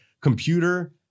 computer